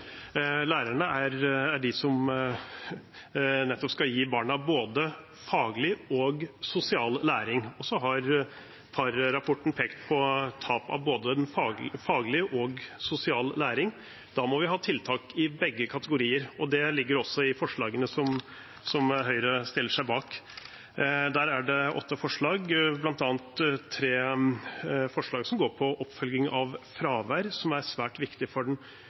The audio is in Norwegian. Lærerne er de som skal gi barna både faglig og sosial læring. Så har Parr-rapporten pekt på tap av både faglig og sosial læring, og da må vi ha tiltak i begge kategorier. Det ligger også i forslagene som Høyre stiller seg bak. Det er åtte forslag, bl.a. tre forslag som går på oppfølging av fravær, som er svært viktig for